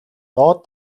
доод